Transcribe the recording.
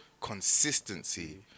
consistency